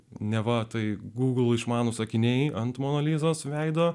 neva tai google išmanūs akiniai ant mano lizos veido